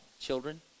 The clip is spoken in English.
Children